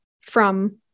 from-